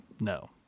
No